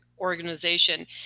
organization